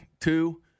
two